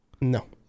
No